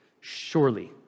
surely